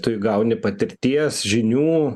tu įgauni patirties žinių